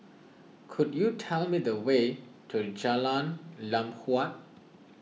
could you tell me the way to Jalan Lam Huat